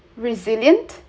resilient